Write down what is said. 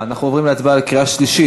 אנחנו עוברים להצבעה בקריאה שלישית.